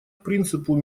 принципу